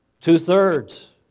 Two-thirds